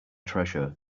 treasure